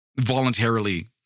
voluntarily